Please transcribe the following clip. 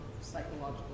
psychological